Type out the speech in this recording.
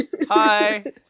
Hi